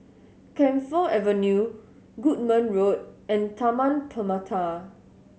Camphor Avenue Goodman Road and Taman Permata